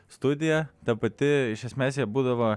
studija ta pati iš esmės jie būdavo